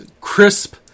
crisp